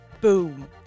Boom